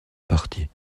parti